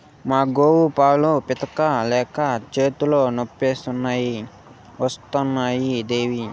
మా గోవుల పాలు పితిక లేక చేతులు నొప్పులు వస్తున్నాయి దేవీ